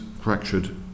fractured